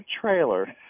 trailer